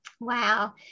Wow